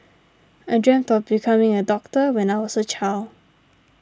I dreamt of becoming a doctor when I was a child